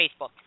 facebook